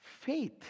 faith